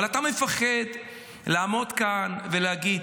אבל אתה מפחד לעמוד כאן ולהגיד: